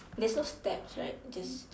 there's no steps right just